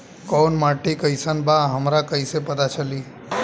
कोउन माटी कई सन बा हमरा कई से पता चली?